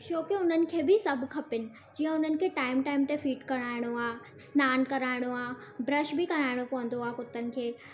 छोकी उन्हनि खे बि सभु खपेनि जीअं उन्हनि खे टाईम टाईम ते फीड कराइणो आहे सनानु कराइणो आहे ब्रश बि कराइणो पवंदो आहे कुतनि खे